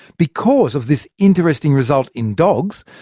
because of this interesting result in dogs,